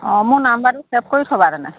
অঁ মোৰ নাম্বাৰটো ছেভ কৰি থ'বা তেনে